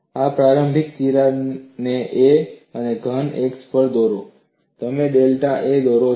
અને પ્રારંભિક તિરાડને a અને ધન x અક્ષ પર દોરો તમે ડેલ્ટા એ દોરો છો